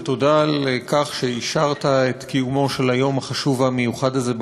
ותודה על כך שאישרת את קיומו של היום החשוב והמיוחד הזה בכנסת.